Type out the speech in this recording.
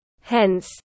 Hence